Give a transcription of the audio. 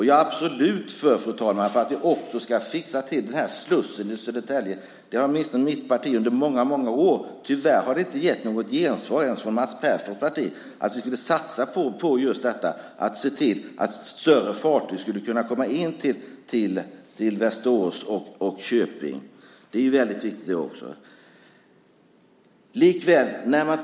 Jag är absolut för att man också ska fixa till slussen i Södertälje. Mitt parti har under många år drivit att vi vill satsa på att större fartyg ska kunna komma in till Västerås och Köping. Tyvärr har vi inte fått något gensvar ens från Mats Pertofts parti.